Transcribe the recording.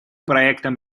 проектам